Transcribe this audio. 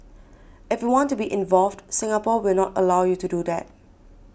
if you want to be involved Singapore will not allow you to do that